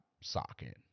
socket